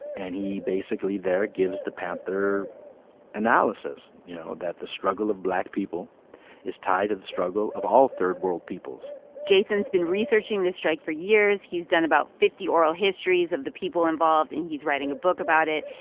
and he basically there gives the panther analysis, you know, that the struggle of black people is tied to the struggle of all third world peoples jason's been researching this strike for years. he's done about fifty oral histories of the people involved, and he's writing a book about it.